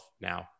now